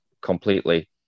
completely